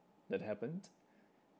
that happened